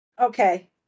Okay